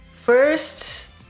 first